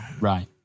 Right